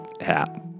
hat